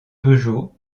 peugeot